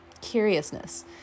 curiousness